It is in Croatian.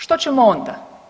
Što ćemo onda?